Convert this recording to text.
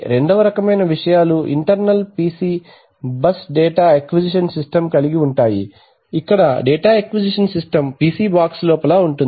రెండవ రకమైన విషయాలు internal PC bus data acquisition system కలిగి ఉంటాయి ఇక్కడ data acquisition system PC box లోపల ఉంటుంది